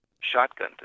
shotgun